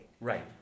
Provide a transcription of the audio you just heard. Right